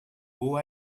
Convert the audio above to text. who